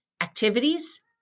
activities